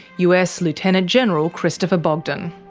us lieutenant general christopher bogdan.